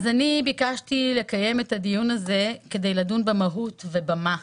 אני ביקשתי לקיים את הדיון הזה כדי לדון במהות וב-מה.